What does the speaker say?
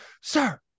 sir